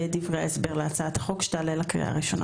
בדברי ההסבר להצעת החוק שתעלה בקריאה הראשונה.